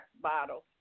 bottle